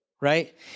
right